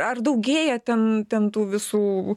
ar daugėja ten ten tų visų